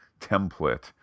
template